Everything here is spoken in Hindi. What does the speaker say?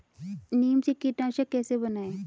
नीम से कीटनाशक कैसे बनाएं?